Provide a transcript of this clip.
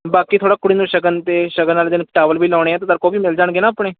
ਬਾਕੀ ਥੋੜ੍ਹਾ ਕੁੜੀ ਨੂੰ ਸ਼ਗਨ 'ਤੇ ਸ਼ਗਨ ਵਾਲੇ ਦਿਨ ਟਾਵਲ ਵੀ ਲਾਉਣੇ ਹੈ ਅਤੇ ਤੁਹਾਡੇ ਕੋਲ ਉਹ ਵੀ ਮਿਲ ਜਾਣਗੇ ਨਾ ਆਪਣੇ